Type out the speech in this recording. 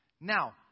Now